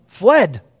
fled